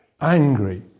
angry